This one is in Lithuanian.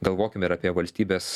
galvokim ir apie valstybės